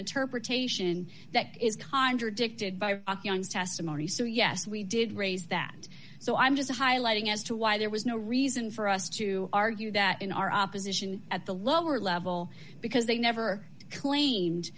interpretation that is contradicted by testimony so yes we did raise that so i'm just highlighting as to why there was no reason for us to argue that in our opposition at the lower level because they never claimed